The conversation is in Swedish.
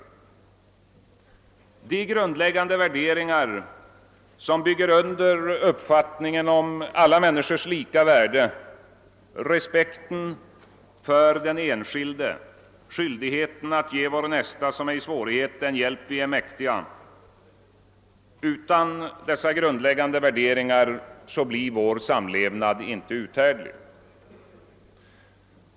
Utan de grundläggande värderingar som bygger under uppfattningen om alla människors lika värde, respekten för den enskilde, skyldigheten att ge vår nästa som är i svårighet den hjälp vi är mäktiga, blir vår samlevnad inte uthärdlig.